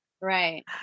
Right